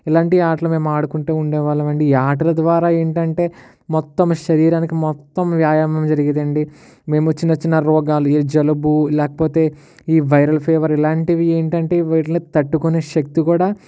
ఇలాంటి ఆటలు మేము ఆడుకుంటూ ఉండేవాళ్ళము అండి ఈ ఆటల ద్వారా ఏంటంటే మొత్తం శరీరానికి మొత్తం వ్యాయామం జరిగేది అండి మేము చిన్న చిన్న రోగాలు జలుబు లేకపోతే ఈ వైరల్ ఫీవర్ ఇలాంటివి ఏమిటంటే వీట్లని తట్టుకునే శక్తి కూడా